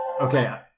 Okay